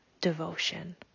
devotion